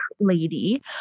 lady